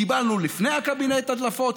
קיבלנו לפני הקבינט הדלפות,